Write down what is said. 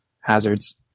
hazards